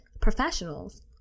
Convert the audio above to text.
professionals